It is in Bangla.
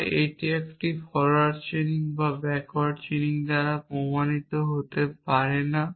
তবে এটি একটি ফরোয়ার্ড চেইনিং বা ব্যাকওয়ার্ড চেইনিং দ্বারা প্রমাণিত হতে পারে না